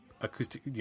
acoustic